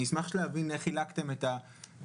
אני אשמח להבין איך חילקתם את התקציב,